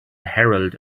herald